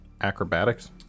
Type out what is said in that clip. acrobatics